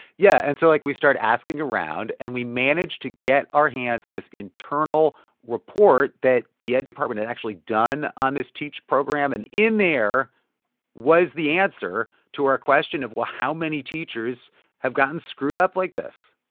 yeah. and so like, we start asking around. and we manage to get our hands on this internal report that the ed department had actually done on this teach program. and in there was the answer to our question of, well, how many teachers have gotten screwed up like this?